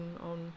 on